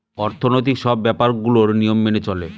অর্থনৈতিক সব ব্যাপার গুলোর নিয়ম মেনে চলে